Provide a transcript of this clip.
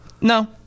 No